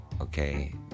Okay